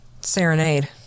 serenade